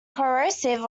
corrosive